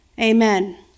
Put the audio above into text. Amen